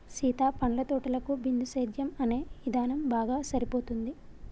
సీత పండ్ల తోటలకు బిందుసేద్యం అనే ఇధానం బాగా సరిపోతుంది